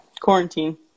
quarantine